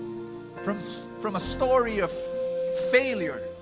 from so from a story of failure,